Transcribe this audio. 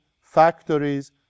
factories